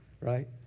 right